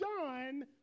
done